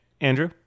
Andrew